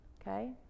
okay